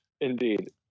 Indeed